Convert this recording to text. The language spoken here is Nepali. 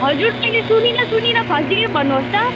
हजुर मैले सुनिनँ सुनिनँ फर्स्टदेखि भन्नुहोस् त